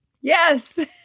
Yes